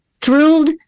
thrilled